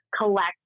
collect